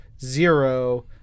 zero